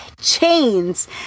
chains